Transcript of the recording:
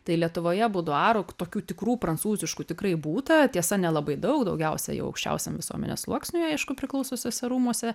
tai lietuvoje buduarų tokių tikrų prancūziškų tikrai būta tiesa nelabai daug daugiausiai jau aukščiausiam visuomenės sluoksniui aišku priklausiusiuose rūmuose